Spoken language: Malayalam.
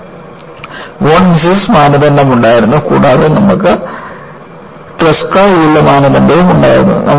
നമുക്ക് വോൺ മിസസ് മാനദണ്ഡമുണ്ടായിരുന്നു കൂടാതെ നമുക്ക് ട്രെസ്ക യീൽഡ് മാനദണ്ഡവും ഉണ്ടായിരുന്നു